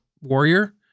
warrior